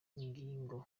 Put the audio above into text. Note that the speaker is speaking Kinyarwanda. ngingo